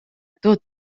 tot